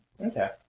Okay